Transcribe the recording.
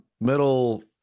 middle